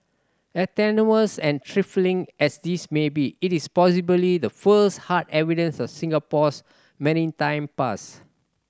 as tenuous and trifling as this may be it is possibly the first hard evidence of Singapore's maritime past